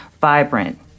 vibrant